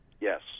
Yes